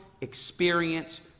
experience